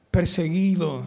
perseguido